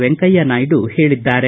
ವೆಂಕಯ್ಯ ನಾಯ್ದು ಹೇಳಿದ್ದಾರೆ